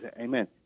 Amen